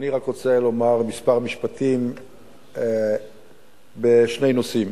אני רק רוצה לומר מספר משפטים בשני נושאים.